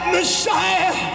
Messiah